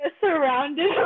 surrounded